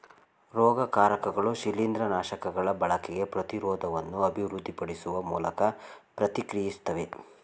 ರೋಗಕಾರಕಗಳು ಶಿಲೀಂದ್ರನಾಶಕಗಳ ಬಳಕೆಗೆ ಪ್ರತಿರೋಧವನ್ನು ಅಭಿವೃದ್ಧಿಪಡಿಸುವ ಮೂಲಕ ಪ್ರತಿಕ್ರಿಯಿಸ್ತವೆ